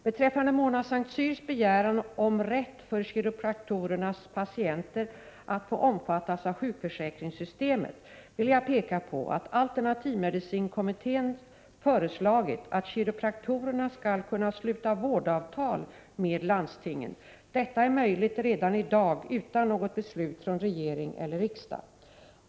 Beträffande Mona Saint Cyrs begäran om rätt för kiropraktorernas patienter att få omfattas av sjukförsäkringssystemet vill jag peka på att alternativmedicinkommittén föreslagit att kiropraktorerna skall kunna sluta vårdavtal med landstingen. Detta är möjligt redan i dag utan något beslut från regering eller riksdag.